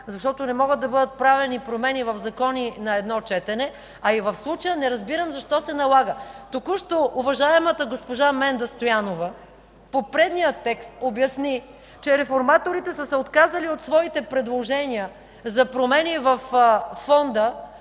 защото не могат да бъдат правени промени в закони на едно четене, а и в случая не разбирам защо се налага. Току-що уважаемата госпожа Менда Стоянова обясни по предния текст, че реформаторите са се отказали от своите предложения за промени във Фонда,